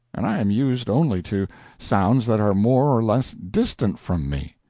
and i am used only to sounds that are more or less distant from me.